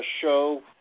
show